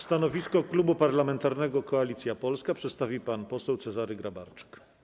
Stanowisko Klubu Parlamentarnego Koalicja Polska przedstawi pan poseł Cezary Grabarczyk.